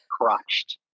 crushed